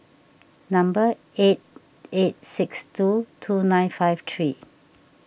number eight eight six two two nine five three